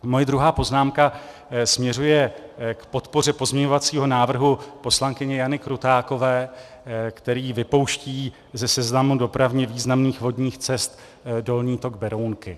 Moje druhá poznámka směřuje k podpoře pozměňovacího návrhu poslankyně Jany Krutákové, který vypouští ze seznamu dopravně významných vodních cest dolní tok Berounky.